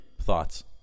Thoughts